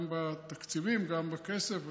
גם בתקציבים וגם בכסף.